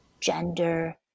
gender